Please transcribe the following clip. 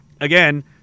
again